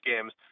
games